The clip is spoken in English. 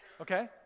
okay